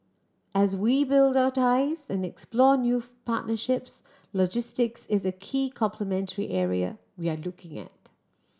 as we build our ties and explore new partnerships logistics is a key complementary area we are looking at